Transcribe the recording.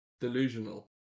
Delusional